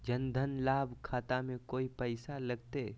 जन धन लाभ खाता में कोइ पैसों लगते?